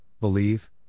believe